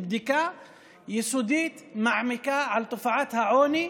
בדיקה יסודית מעמיקה על תופעת העוני: